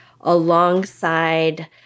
alongside